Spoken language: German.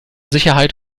sicherheit